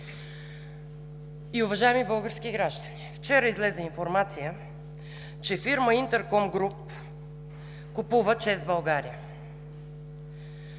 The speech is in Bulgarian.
и уважаеми български граждани! Вчера излезе информация, че фирма „Интерком груп“ купува „ЧЕЗ България“.